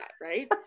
right